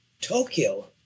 Tokyo